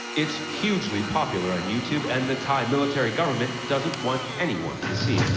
it's hugely popular on youtube, and the thai military government doesn't want anyone to see